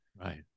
right